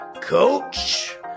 Coach